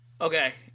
Okay